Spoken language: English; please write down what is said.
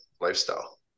lifestyle